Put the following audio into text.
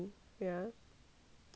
fucking funny eh